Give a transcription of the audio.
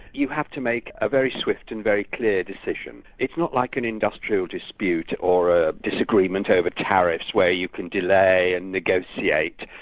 you have to make a very swift and very clear decision. it's not like an industrial dispute or a disagreement over tariffs where you can delay and negotiate.